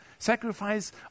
Sacrifice